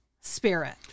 spirit